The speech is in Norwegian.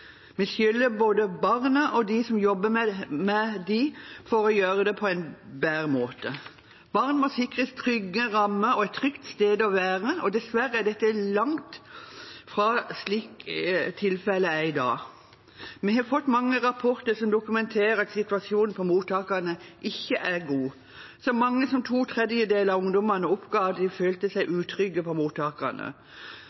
Vi skylder både barna og dem som jobber med dem, å gjøre det på en bedre måte. Barn må sikres trygge rammer og et trygt sted å være, og dessverre er dette langt fra slik tilfellet er i dag. Vi har fått mange rapporter som dokumenterer at situasjonen på mottakene ikke er god. Så mange som to tredjedeler av ungdommene oppga at de følte seg